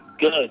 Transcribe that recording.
good